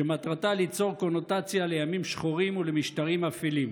שמטרתה ליצור קונוטציה לימים שחורים ולמשטרים אפלים.